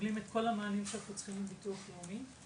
מקבלים את כל המענים שאנחנו צריכים מביטוח לאומי.